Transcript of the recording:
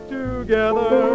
together